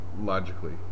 logically